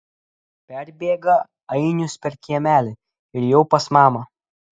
perbėga ainius per kiemelį ir jau pas mamą